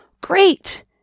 great